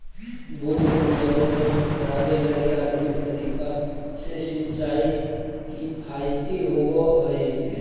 बूंद बूंद जल उपलब्ध करावे लगी आधुनिक तरीका से सिंचाई किफायती होवऽ हइ